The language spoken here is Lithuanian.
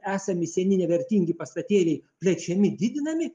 esami seni nevertingi pastatėliai plečiami didinami